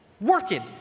working